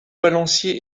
balancier